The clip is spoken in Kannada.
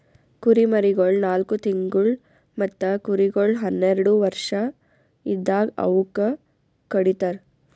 ಕುರಿಮರಿಗೊಳ್ ನಾಲ್ಕು ತಿಂಗುಳ್ ಮತ್ತ ಕುರಿಗೊಳ್ ಹನ್ನೆರಡು ವರ್ಷ ಇದ್ದಾಗ್ ಅವೂಕ ಕಡಿತರ್